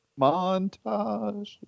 Montage